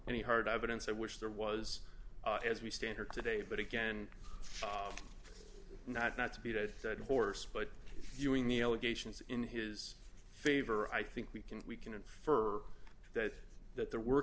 any hard evidence i wish there was as we stand here today but again not not to beat a dead horse but viewing the allegations in his favor i think we can we can infer that that there were